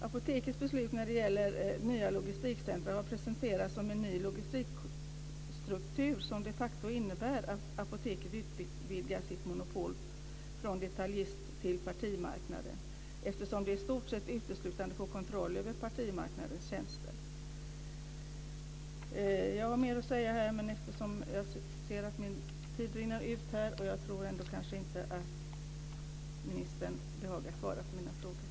Apotekets beslut när det gäller nya logistikcentrum har presenterats som en ny logistikstruktur, som de facto innebär att Apoteket utvidgar sitt monopol från detaljist till partimarknaden, eftersom det i stort sett uteslutande får kontroll över partimarknadens tjänster. Jag har mer att säga, men jag ser att min talartid rinner ut. Jag tror kanske inte att ministern behagar svara på mina frågor.